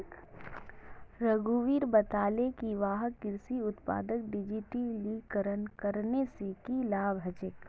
रघुवीर बताले कि वहाक कृषि उत्पादक डिजिटलीकरण करने से की लाभ ह छे